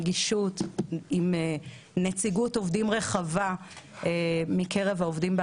נגישות עם נציגות עובדים רחבה מקרב עובדים.